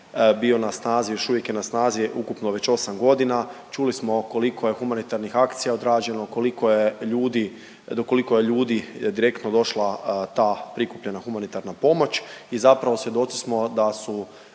bio na snazi i još uvijek je na snazi, ukupno već 8 godina. Čuli smo koliko je humanitarnih akcija odrađeno, koliko je ljudi, do koliko je ljudi direktno došla ta prikupljena humanitarna pomoć i zapravo svjedoci smo da su